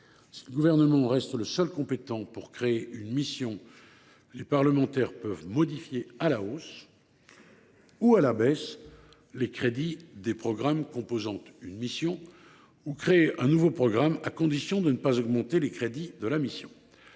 si le Gouvernement reste le seul compétent pour créer une mission, les parlementaires peuvent modifier à la hausse ou à la baisse les crédits des programmes composant une mission ou créer un nouveau programme, à condition de ne pas augmenter les crédits de la mission.